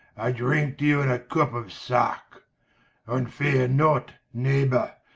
i drinke to you in a cup of sack and feare not neighbor,